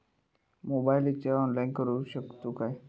Mobile recharge online करुक शकतू काय?